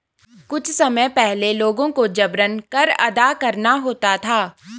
कुछ समय पहले लोगों को जबरन कर अदा करना होता था